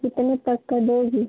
कितने तक का दोगी